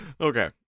Okay